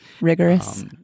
Rigorous